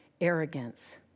arrogance